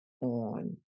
on